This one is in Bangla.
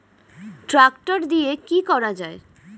ট্রাক্টর দিয়ে কি করা যায়?